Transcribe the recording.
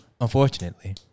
unfortunately